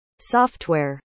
software